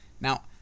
Now